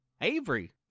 Avery